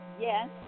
yes